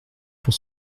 pour